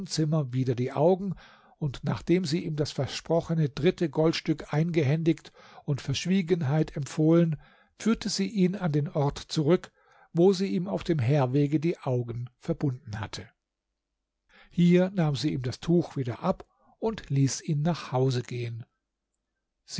zimmer wieder die augen und nachdem sie ihm das versprochene dritte goldstück eingehändigt und verschwiegenheit empfohlen führte sie ihn an den ort zurück wo sie ihm auf dem herwege die augen verbunden hatte hier nahm sie ihm das tuch wieder ab und ließ ihn nach hause gehen